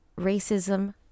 racism